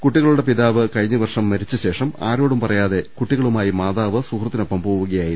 കുട്ടികളുടെ പിതാവ് കഴിഞ്ഞവർഷം മരിച്ചശേഷം ആരോടും പറയാതെ കുട്ടികളുമായി മാതാവ് സുഹൃത്തിനൊപ്പം പോവുകയായിരുന്നു